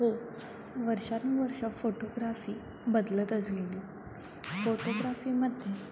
हो वर्षांनुवर्षं फोटोग्राफी बदलत असलेली फोटोग्राफीमध्ये